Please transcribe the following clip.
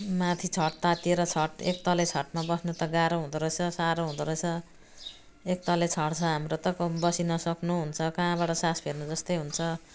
माथि छत तातिएर छत एकतले छतमा बस्नु त गाह्रो हुँदो रहेछ साह्रो हुँदो रहेछ एकतले छत छ हाम्रो त कोही बसिनसक्नु हुन्छ कहाँबाट सास फेर्नु जस्तै हुन्छ